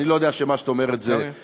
אבל אני לא יודע שמה שאת אומרת נכון.